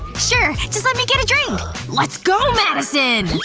sure, just let me get a drink let's go, madison!